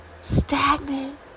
stagnant